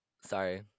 sorry